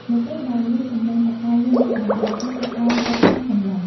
នៅពេលដែលឮសំឡេងតុកែយំលើកដំបូង គាត់ចាប់ផ្ដើមរាប់ថា កំលោះ។